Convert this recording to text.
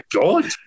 God